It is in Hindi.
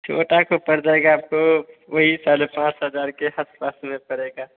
छोटा को पड़ जाएगा आपको वही साढ़े पाँच हजार के आसपास में पड़ेगा